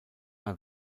bei